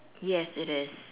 yes it is